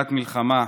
בשעת מלחמה,